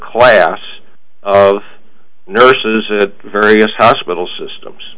class of nurses various hospital systems